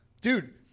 Dude